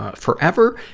ah forever.